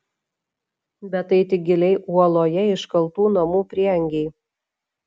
bet tai tik giliai uoloje iškaltų namų prieangiai